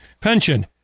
pension